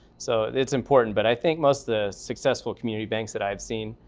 so it's important, but i think most the successful community banks that i've seen,